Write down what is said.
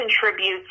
contributes